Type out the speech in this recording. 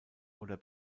oder